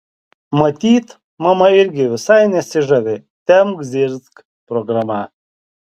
matyt mama irgi visai nesižavi tempk zirzk programa